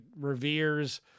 reveres